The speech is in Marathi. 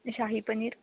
शाही पनीर